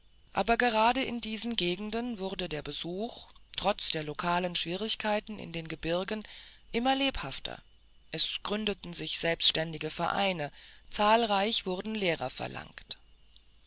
aber gerade in diesen gegenden wurde der besuch trotz der lokalen schwierigkeiten in den gebirgen immer lebhafter es gründeten sich selbständige vereine zahlreich wurden lehrer verlangt